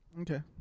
Okay